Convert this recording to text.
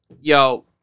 Yo